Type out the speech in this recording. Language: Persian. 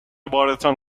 بارتان